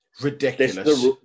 Ridiculous